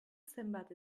zenbat